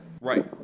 Right